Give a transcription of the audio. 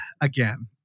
again